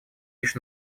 лишь